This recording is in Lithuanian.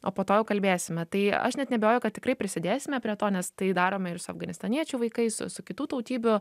o po to jau kalbėsime tai aš net neabejoju kad tikrai prisidėsime prie to nes tai darome ir su afganistaniečių vaikais su su kitų tautybių